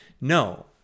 no